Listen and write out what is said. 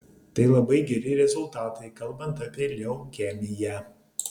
tai labai geri rezultatai kalbant apie leukemiją